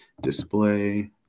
display